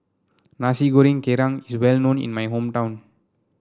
Nasi Goreng Kerang is well known in my hometown